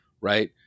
right